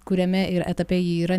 kuriame ir etape ji yra ne